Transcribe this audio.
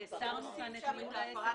לא.